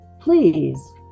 please